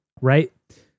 right